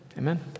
Amen